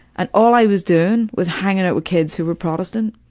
and all i was doing was hanging out with kids who were protestant.